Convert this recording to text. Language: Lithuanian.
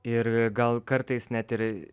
ir gal kartais net ir